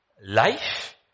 life